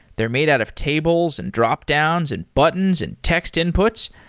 they're made out of tables, and dropdowns, and buttons, and text inputs.